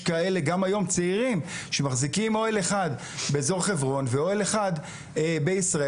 יש צעירים שמחזיקים אוהל אחד באזור חברון ואוהל אחד בישראל,